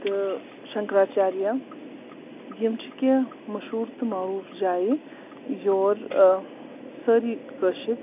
تہٕ شنکرآچارِیہِ یِم چھِ کیٚنٛہہ مشہوٗر تہٕ معروٗف جایہِ یور سٲری کٲشِرۍ